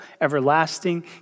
everlasting